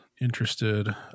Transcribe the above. interested